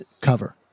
cover